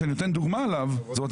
שאני נותן את הדוגמה עליו זאת אומרת,